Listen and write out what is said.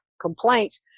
complaints